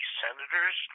senators